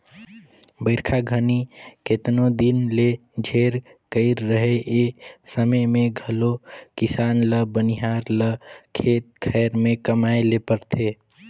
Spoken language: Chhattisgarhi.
बरिखा घनी केतनो दिन ले झेर कइर रहें ए समे मे घलो किसान ल बनिहार ल खेत खाएर मे कमाए ले परथे